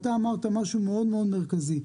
אתה אמרת משהו מאוד מאוד מרכזי,